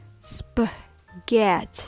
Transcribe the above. spaghetti